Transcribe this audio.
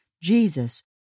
Jesus